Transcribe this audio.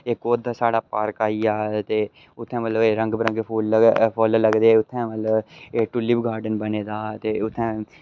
कुद्ध साढ़ा पार्क आईया ते उत्थें मतलव रंग बरंगे फुल्ल लगदे उत्थैं मतलव टूलिप गार्डन बने दा